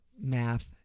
math